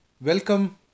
Welcome